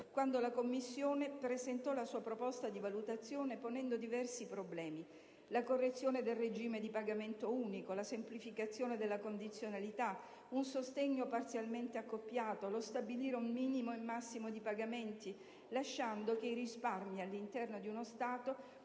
quando la Commissione presentò la sua proposta di valutazione ponendo diversi problemi: la correzione del regime di pagamento unico; la semplificazione della condizionalità; un sostegno parzialmente accoppiato; lo stabilire un minimo e un massimo di pagamenti, lasciando che i risparmi all'interno di uno Stato